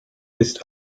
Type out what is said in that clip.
ist